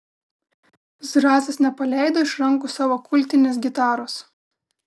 zrazas nepaleido iš rankų savo kultinės gitaros